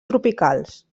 tropicals